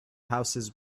houses